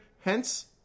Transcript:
hence